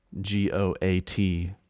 G-O-A-T